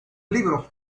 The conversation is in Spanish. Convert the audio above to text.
libros